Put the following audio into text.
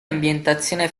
ambientazione